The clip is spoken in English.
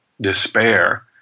despair